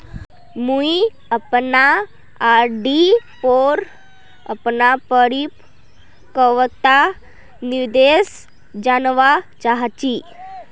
मुई अपना आर.डी पोर अपना परिपक्वता निर्देश जानवा चहची